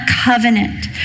covenant